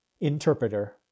Interpreter